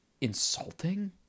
insulting